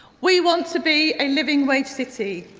we want to be a living wage city.